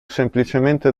semplicemente